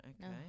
okay